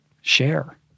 share